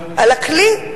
על הכלי?